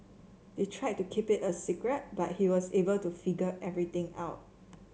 they tried to keep it a secret but he was able to figure everything out